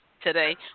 today